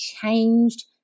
changed